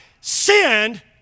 sinned